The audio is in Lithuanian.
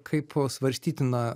kaip svarstytiną